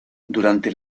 durante